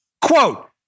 quote